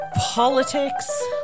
politics